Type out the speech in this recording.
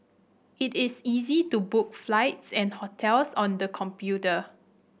it is easy to book flights and hotels on the computer